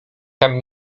tam